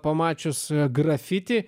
pamačius grafitį